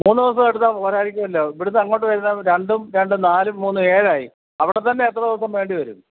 മൂന്ന് ദിവസം എടുത്താല് പോരായിരിക്കുമല്ലോ ഇവിടെനിന്ന് അങ്ങോട്ട് വരുന്നത് രണ്ടും രണ്ടും നാലും മൂന്ന് ഏഴായി അവിടെത്തന്നെ എത്ര ദിവസം വേണ്ടി വരും